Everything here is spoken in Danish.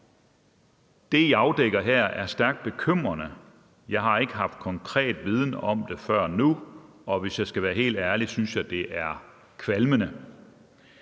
»Det, I afdækker her, er stærkt bekymrende. Jeg har ikke haft konkret viden om det her før nu, og hvis jeg skal være helt ærlig, synes jeg, at det er kvalmende«.